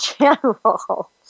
general